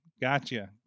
Gotcha